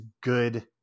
good